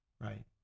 right